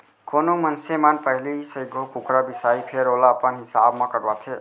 कोनो मनसे मन पहिली सइघो कुकरा बिसाहीं फेर ओला अपन हिसाब म कटवाथें